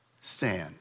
stand